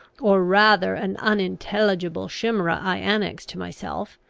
or rather an unintelligible chimera i annex to myself,